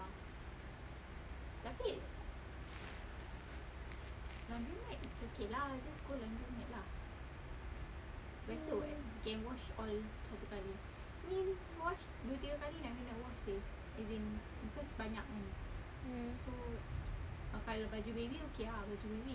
mm